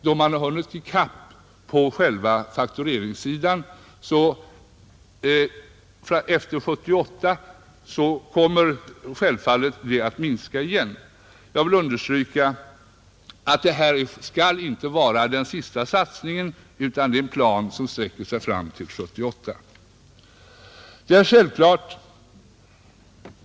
Det minskas genom ökning på faktureringssidan. Efter år 1978 bör det självfallet minska ytterligare. Jag vill understryka att detta inte skall vara den sista investeringen. Detta är en plan som sträcker sig fram till 1978. Därefter måste nya satsningar göras.